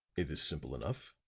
it is simple enough.